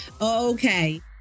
Okay